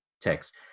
text